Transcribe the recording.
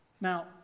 Now